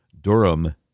Durham